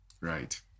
Right